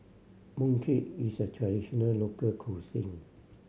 mooncake is a traditional local cuisine